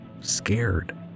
scared